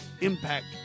impact